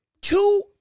Two